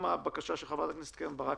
אני חוזר על הבקשה של חברת הכנסת קרן ברק